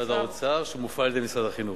משרד האוצר, שמופעל על-ידי משרד החינוך.